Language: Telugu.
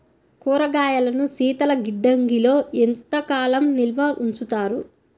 కూరగాయలను శీతలగిడ్డంగిలో ఎంత కాలం నిల్వ ఉంచుతారు?